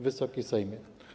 Wysoki Sejmie!